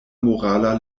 morala